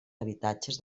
habitatges